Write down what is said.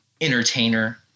entertainer